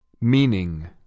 Meaning